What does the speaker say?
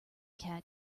cat